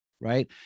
Right